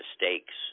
mistakes